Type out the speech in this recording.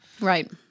Right